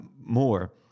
more